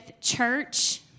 church